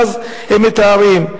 ואז הם מתארים: